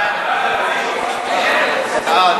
הצעת